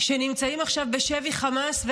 שנמצאים עכשיו בשבי חמאס,